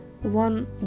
one